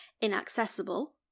inaccessible